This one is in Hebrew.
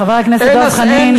חבר הכנסת דב חנין,